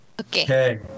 Okay